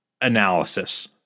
analysis